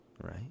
right